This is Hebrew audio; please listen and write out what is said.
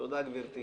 תודה, גברתי.